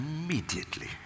immediately